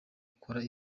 ukore